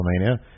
WrestleMania